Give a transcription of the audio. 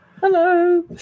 Hello